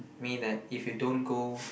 me that if you don't go